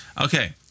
Okay